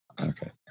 Okay